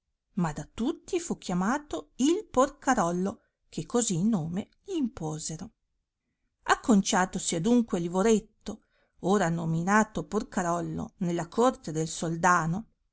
ma da tutti fu chiamato il porcarollo che così nome gli imposero acconciatosi adunque livoretto ora nominato porcarollo nella corte del soldano